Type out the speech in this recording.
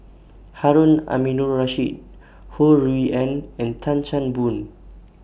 Harun Aminurrashid Ho Rui An and Tan Chan Boon